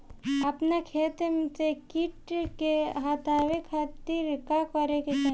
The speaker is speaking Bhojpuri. अपना खेत से कीट के हतावे खातिर का करे के चाही?